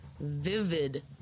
vivid